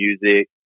music